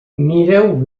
mireu